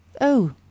Oh